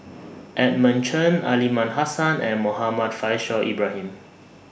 Edmund Chen Aliman Hassan and Muhammad Faishal Ibrahim